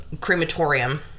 crematorium